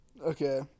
Okay